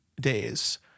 days